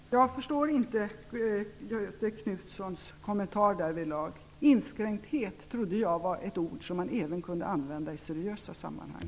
Herr talman! Jag förstår inte Göthe Knutsons kommentar därvidlag. Jag trodde att "inskränkthet" var ett ord som man även kunde använda i seriösa sammanhang.